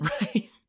Right